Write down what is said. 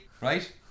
right